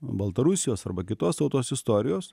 baltarusijos arba kitos tautos istorijos